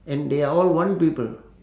and they are all one people